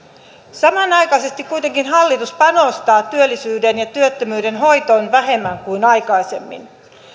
samanaikaisesti kuitenkin hallitus panostaa työllisyyden ja työttömyyden hoitoon vähemmän kuin aikaisemmin